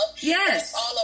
Yes